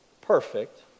perfect